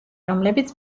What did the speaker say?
რომლებიც